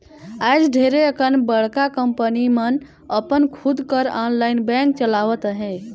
आएज ढेरे अकन बड़का कंपनी मन अपन खुद कर आनलाईन बेंक चलावत अहें